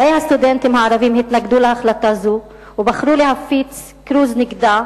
תאי הסטודנטים הערבים התנגדו להחלטה זו ובחרו להפיץ כרוז נגדה,